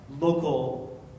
local